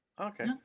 Okay